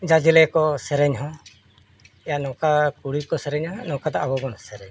ᱡᱟᱡᱽᱞᱮ ᱠᱚ ᱥᱮᱨᱮᱧ ᱦᱚᱸ ᱮᱭᱟ ᱱᱚᱝᱠᱟ ᱠᱩᱲᱤ ᱠᱚ ᱥᱮᱨᱮᱧᱟ ᱱᱚᱝᱠᱟ ᱫᱚ ᱟᱵᱚ ᱵᱚᱱ ᱥᱮᱨᱮᱧᱟ